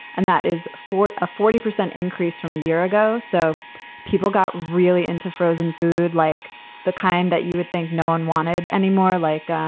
and that is fought a forty percent increase from a year ago. so people got really into frozen food, like the kind that you would think no one wanted anymore, like,